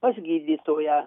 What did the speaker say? pas gydytoją